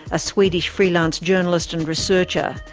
a swedish freelance journalist and researcher.